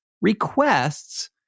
requests